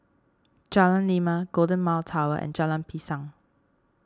Jalan Lima Golden Mile Tower Jalan Pisang